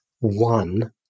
one